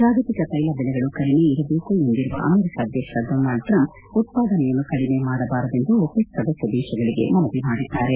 ಜಾಗತಿಕ ತ್ಯೆಲ ದೆಲೆಗಳು ಕಡಿಮೆ ಇರಬೇಕು ಎಂದಿರುವ ಅಮೆರಿಕ ಅಧ್ಯಕ್ಷ ಡೊನಾಲ್ಡ್ ಟ್ರಂಪ್ ಉತ್ಪಾದನೆಯನ್ನು ಕಡಿಮೆ ಮಾಡಬಾರದೆಂದು ಒಪೆಕ್ ಸದಸ್ಯ ದೇಶಗಳಿಗೆ ಮನವಿ ಮಾಡಿದ್ದಾರೆ